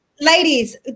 ladies